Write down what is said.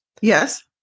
Yes